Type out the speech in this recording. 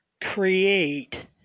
create